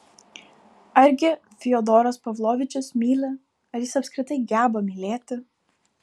argi fiodoras pavlovičius myli ar jis apskritai geba mylėti